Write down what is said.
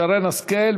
שרן השכל,